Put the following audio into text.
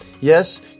Yes